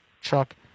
Chuck